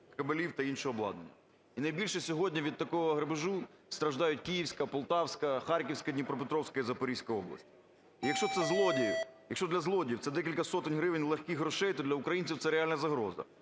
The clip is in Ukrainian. кабелів та іншого обладнання. І найбільше сьогодні від такого грабежу страждають Київська, Полтавська, Харківська, Дніпропетровська і Запорізька області. Якщо це злодії… якщо для злодіїв це декілька сотень гривень легких грошей, то для українців це реальна загроза,